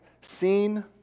seen